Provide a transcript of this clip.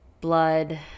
blood